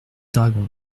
dragons